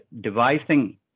devising